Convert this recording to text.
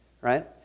right